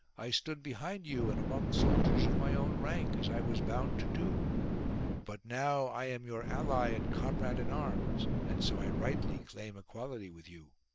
i stood behind you and among soldiers of my own rank, as i was bound to do but now i am your ally and comrade in arms, and so i rightly claim equality with you.